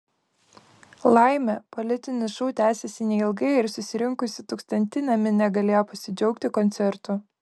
laimė politinis šou tęsėsi neilgai ir susirinkusi tūkstantinė minia galėjo pasidžiaugti koncertu